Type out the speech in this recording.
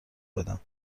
بدم